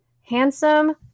Handsome